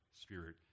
spirit